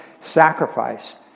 sacrifice